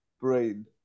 brain